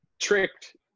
tricked